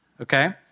Okay